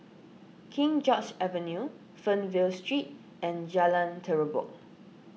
King George's Avenue Fernvale Street and Jalan Terubok